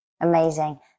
Amazing